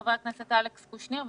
חבר הכנסת אלכס קושניר,